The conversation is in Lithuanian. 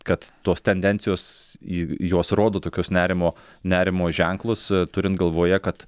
kad tos tendencijos jos rodo tokius nerimo nerimo ženklus turint galvoje kad